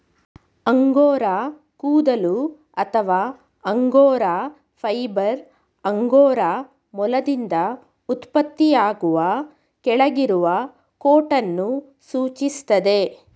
angora ಕೂದಲು ಅಥವಾ angora fibre angora ಮೊಲದಿಂದ ಉತ್ಪತ್ತಿಯಾಗುವ ಕೆಳಗಿರುವ ಕೋಟನ್ನು ಸೂಚಿಸ್ತದೆ